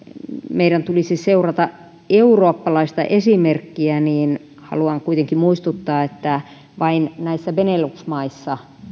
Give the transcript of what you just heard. meidän tulisi seurata eurooppalaista esimerkkiä niin haluan kuitenkin muistuttaa että vain näissä benelux maissa